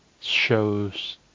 shows